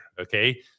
okay